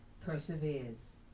perseveres